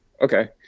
okay